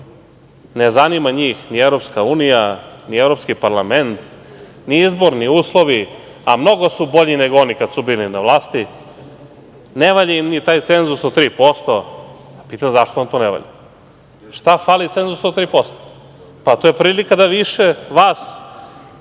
ne zanima njih ni EU, ni Evropski parlament, ni izborni uslovi, a mnogo su bolji nego oni kad su bili na vlasti. Ne valja im ni taj cenzus od 3%. Pitam – zašto vam to ne valja? Šta fali cenzusu od 3%? Pa, to je prilika da više vas